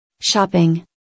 Shopping